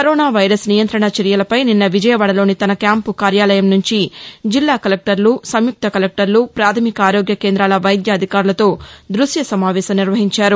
corona virus నియంతణ చర్యలపై నిన్న విజయవాడలోని తన క్యాంపు కార్యాలయం నుంచి జిల్లా కలెక్టర్లు సంయుక్త కలెక్టర్లు ప్రాథమిక ఆరోగ్య కేందాల వైద్య అధికారులతో దృక్య సమావేశం నిర్వహించారు